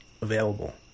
available